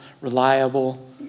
reliable